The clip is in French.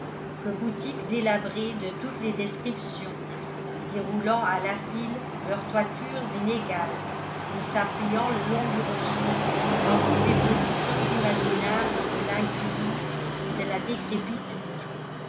boutiques délabrées de toutes les descriptions déroulant à la file leurs toitures inégales et s'appuyant le long du rocher dans toutes les positions imaginables de l'incurie et de la décrépitude